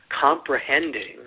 comprehending